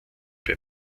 bei